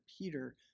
Peter